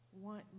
want